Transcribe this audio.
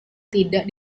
tidak